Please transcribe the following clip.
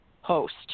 host